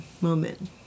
moment